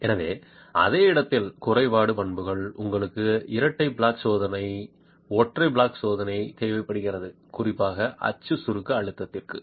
எனவே அதே இடத்தில குறைபாட்டு பண்புகள் உங்களுக்கு இரட்டை பிளாட் ஜாக் சோதனை ஒற்றை பிளாட் ஜாக் சோதனை தேவைப்படுகிறது குறிப்பாக அச்சு சுருக்க அழுத்தத்திற்கு